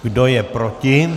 Kdo je proti?